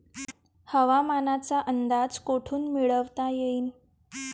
हवामानाचा अंदाज कोठून मिळवता येईन?